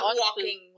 walking